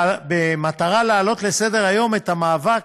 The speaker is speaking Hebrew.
במטרה להעלות לסדר-היום את המאבק